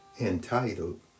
entitled